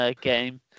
game